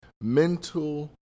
mental